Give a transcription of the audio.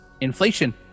inflation